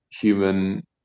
human